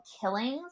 Killings